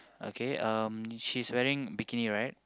okay um she's wearing bikini right